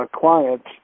clients